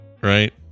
right